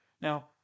Now